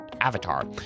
avatar